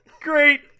great